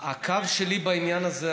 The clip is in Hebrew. הקו שלי בעניין הזה.